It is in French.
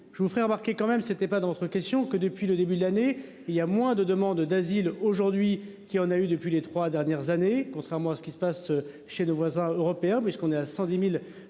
Je vous ferais remarquer quand même c'était pas entre question que depuis le début de l'année, il y a moins de demandes d'asile aujourd'hui qui en a eu depuis les 3 dernières années, contrairement à ce qui se passe chez nos voisins européens puisqu'on est à 110.000